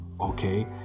okay